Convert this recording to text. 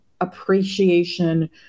appreciation